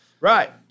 Right